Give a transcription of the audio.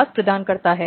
राहत प्रदान करता है